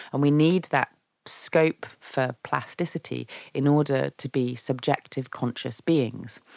and we need that scope for plasticity in order to be subjective conscious beings.